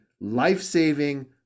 life-saving